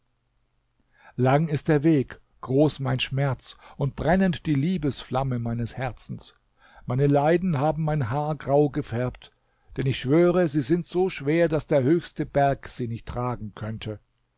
lang ist der weg groß mein schmerz und brennend die liebesflamme meines herzens meine leiden haben mein haar grau gefärbt denn ich schwöre sie sind so schwer daß der höchste berg sie nicht tragen könnte